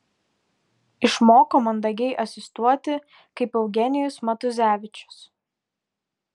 išmoko mandagiai asistuoti kaip eugenijus matuzevičius